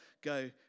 go